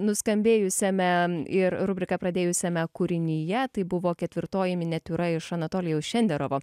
nuskambėjusiame ir rubriką pradėjusiame kūrinyje tai buvo ketvirtoji miniatiūra iš anatolijaus šenderovo